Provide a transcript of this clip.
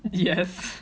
yes